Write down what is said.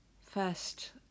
first